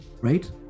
right